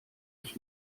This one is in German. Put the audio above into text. ich